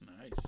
Nice